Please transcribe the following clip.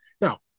Now